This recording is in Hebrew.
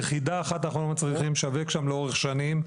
יחידה אחת אנחנו לא מצליחים לשווק שם לאורך שנים.